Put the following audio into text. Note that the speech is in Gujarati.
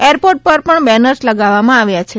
એરપોર્ટ પર પણ બેનર્સ લગાવવામાં આવ્યા છે